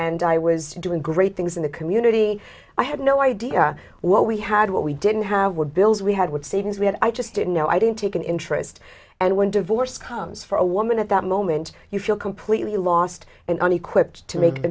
and i was doing great things in the community i had no idea what we had what we didn't have were bills we had would savings we had i just didn't know i didn't take an interest and when divorce comes for a woman at that moment you feel completely lost and unequipped to make